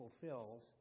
fulfills